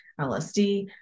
LSD